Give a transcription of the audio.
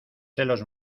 celos